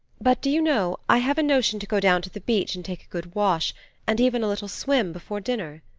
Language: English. but, do you know, i have a notion to go down to the beach and take a good wash and even a little swim, before dinner?